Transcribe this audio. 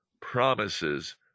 promises